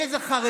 אין איזה חרדי,